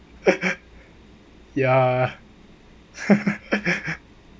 ya